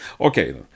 Okay